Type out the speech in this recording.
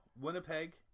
Winnipeg